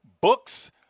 books